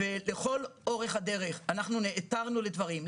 לכל אורך הדרך אנחנו נעתרנו לדברים.